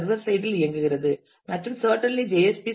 B server side இல் இயங்குகிறது மற்றும் சர்ட்டன்லி ஜே